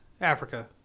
Africa